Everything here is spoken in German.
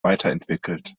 weiterentwickelt